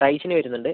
റൈസിന് വരുന്നുണ്ട്